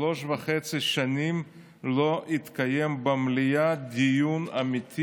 שלוש שנים וחצי לא התקיים במליאה דיון אמיתי